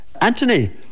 Anthony